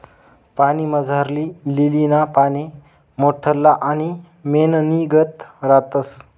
पाणीमझारली लीलीना पाने मोठल्ला आणि मेणनीगत रातस